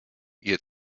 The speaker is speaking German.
ihr